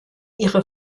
ihre